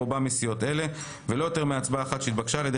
רובם מסיעות אלה ולא יותר מהצבעה אחת שהתבקשה על-ידי